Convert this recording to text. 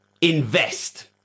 invest